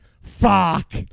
fuck